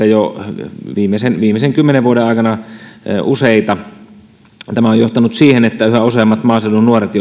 jo useita koulutusyksiköitä viimeisen kymmenen vuoden aikana tämä on johtanut siihen että yhä useammat maaseudun nuoret